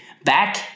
Back